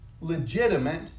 legitimate